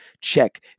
check